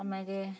ಅಮೇಲೆ